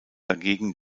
dagegen